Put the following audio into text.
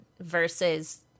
versus